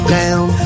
down